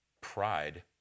pride